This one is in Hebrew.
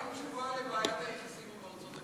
אין תשובה לבעיית היחסים עם ארצות-הברית.